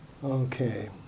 Okay